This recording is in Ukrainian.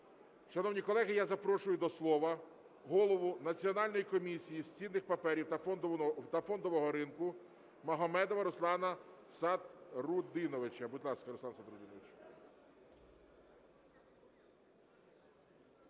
Шановні колеги, я запрошую до слова голову Національної комісії з цінних паперів та фондового ринку Магомедова Руслана Садрудиновича. Будь ласка, Руслан Садрудинович